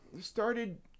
started